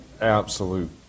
absolute